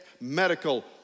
medical